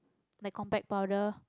like compact powder